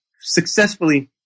successfully